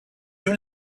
you